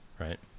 right